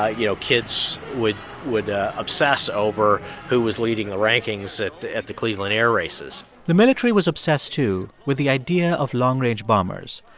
ah you know, kids would would obsess over who was leading the rankings at the at the cleveland air races the military was obsessed, too, with the idea of long-range bombers,